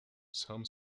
some